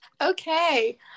Okay